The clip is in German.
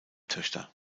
töchter